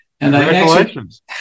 Congratulations